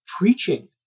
preaching